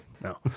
No